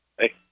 Hey